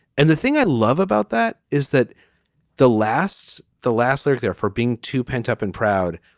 and the thing i love about that is that the last the last third there for being too pent up and proud.